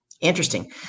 Interesting